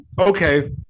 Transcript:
Okay